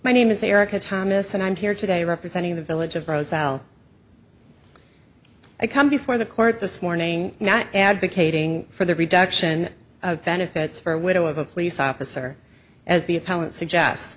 my name is erika thomas and i'm here today representing the village of roselle i come before the court this morning not advocating for the reduction of benefits for a widow of a police officer as